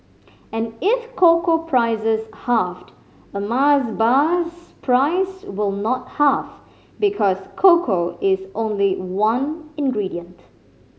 and if cocoa prices halved a Mars bar's price will not halve because cocoa is only one ingredient